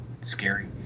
scary